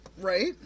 Right